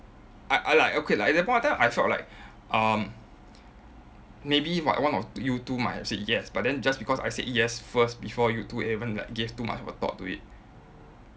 I I like okay lah at that point of time I felt like um maybe one one of you two might have said yes but then just because I said yes first before you two even like gave too much of a thought to it